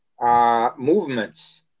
movements